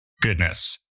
goodness